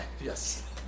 yes